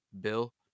Bill